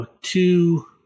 two